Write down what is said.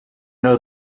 know